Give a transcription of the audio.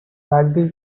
widely